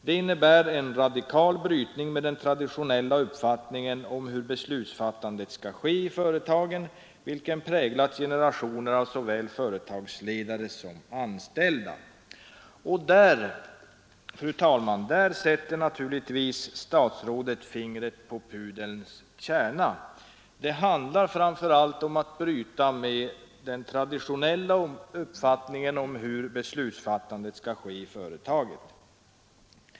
Det innebär en radikal brytning med den traditionella uppfattningen om hur beslutsfattandet skall ske i företaget vilken präglat generationer av såväl företagsledare som anställda.” Där, fru talman, har naturligtvis statsrådet funnit pudelns kärna. Det handlar framför allt om att bryta med den traditionella uppfattningen om hur beslutsfattandet skall ske i företagen.